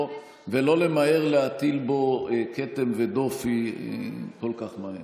ולא למהר להטיל בו כתם ודופי כל כך מהר.